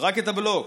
זרק את הבלוק.